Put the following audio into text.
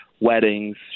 weddings